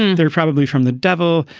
they're probably from the devil,